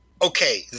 okay